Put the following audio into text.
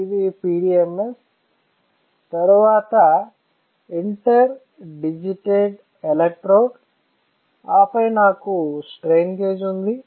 ఇది PDMS తరువాత interdigitated ఎలక్ట్రోడ్లు ఆపై నాకు స్ట్రెయిన్ గేజ్ ఉంది